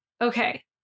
okay